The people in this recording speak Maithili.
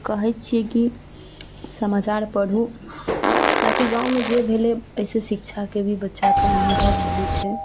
कहय छियै की समाचार पढू ताकि गाँवमे जे भेलय अइसँ शिक्षाके भी बच्चाके अनुभव होइ छै